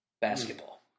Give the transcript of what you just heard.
Basketball